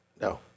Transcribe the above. no